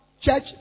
church